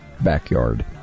backyard